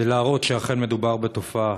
כדי להראות שאכן מדובר בתופעה: